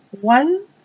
one